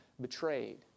betrayed